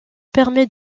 permet